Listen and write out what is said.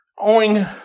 Owing